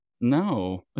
no